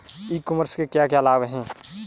ई commerce के क्या क्या लाभ हैं?